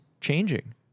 changing